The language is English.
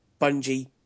bungie